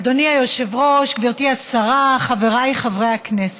אדוני היושב-ראש, גברתי השרה, חבריי חברי הכנסת,